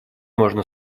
можно